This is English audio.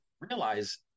realize